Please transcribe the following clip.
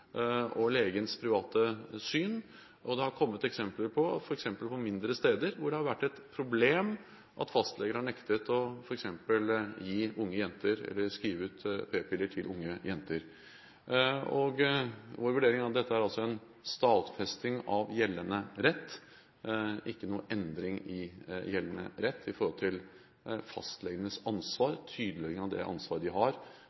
og legens private syn. Det har kommet eksempler på, bl.a. på mindre steder, at det har vært et problem at fastleger har nektet å skrive ut p-piller til unge jenter. Vår vurdering er at dette er en stadfesting av gjeldende rett, ikke noen endring i gjeldende rett i forhold til fastlegenes ansvar, og en tydeliggjøring av det ansvaret de har